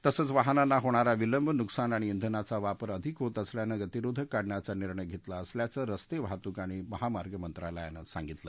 तसंच वाहनांना होणारा विलंब नुकसान आणि श्वेनाचा वापर अधिक होत असल्यानं गतिरोधक काढण्याचा निर्णय घेतला असल्याचं रस्ते वाहतूक आणि महामार्ग मंत्रालयानं सांगितलं